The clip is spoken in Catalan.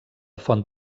font